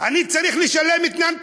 אני צריך לשלם אתנן פוליטי.